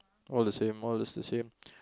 all the same all is the same